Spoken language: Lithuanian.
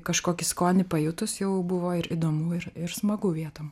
kažkokį skonį pajutus jau buvo ir įdomu ir ir smagu vietom